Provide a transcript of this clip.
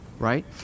right